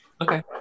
Okay